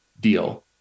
deal